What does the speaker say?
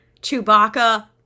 Chewbacca